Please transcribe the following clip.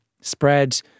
spread